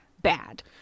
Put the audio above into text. bad